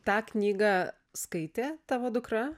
tą knygą skaitė tavo dukra